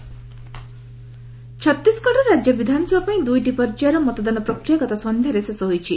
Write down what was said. elections ଛତିଶଗଡ଼ରେ ରାଜ୍ୟ ବିଧାନସଭାପାଇଁ ଦୂଇ ପର୍ଯ୍ୟାୟର ମତଦାନ ପ୍ରକ୍ରିୟା ଗତ ସନ୍ଧ୍ୟାରେ ଶେଷ ହୋଇଛି